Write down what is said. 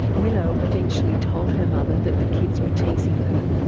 willow eventually told her mother that the kids were teasing her,